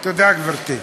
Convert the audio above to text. תודה, גברתי.